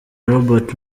robert